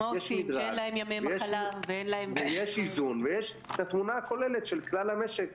ויש איזון ויש התמונה הכוללת של כלל המשק.